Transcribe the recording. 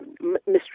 mystery